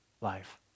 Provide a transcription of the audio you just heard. life